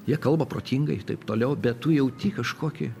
jie kalba protingai ir taip toliau bet tu jauti kažkokį